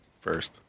first